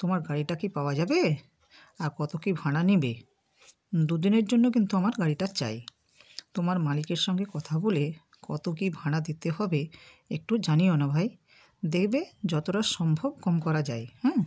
তোমার গাড়িটা কি পাওয়া যাবে আর কতো কি ভাড়া নেবে দু দিনের জন্য কিন্তু আমার গাড়িটা চাই তোমার মালিকের সঙ্গে কথা বলে কতো কী ভাড়া দিতে হবে একটু জানিও না ভাই দেখবে যতোটা সম্ভব কম করা যায় হ্যাঁ